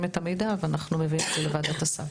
את המידע ואנחנו מביאים את זה לוועדת הסל.